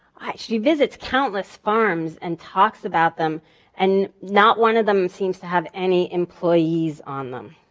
she visits countless farms and talks about them and not one of them seems to have any employees on them.